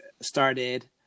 started